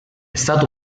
stato